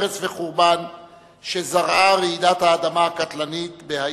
הרס וחורבן שזרעה רעידת האדמה הקטלנית בהאיטי.